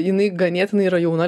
jinai ganėtinai yra jauna